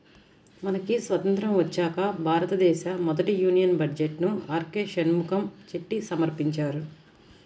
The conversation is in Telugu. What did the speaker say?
మనకి స్వతంత్రం వచ్చాక భారతదేశ మొదటి యూనియన్ బడ్జెట్ను ఆర్కె షణ్ముఖం చెట్టి సమర్పించారు